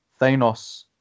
Thanos